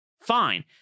fine